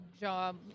job